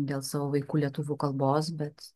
dėl savo vaikų lietuvių kalbos bet